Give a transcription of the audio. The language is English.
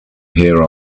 here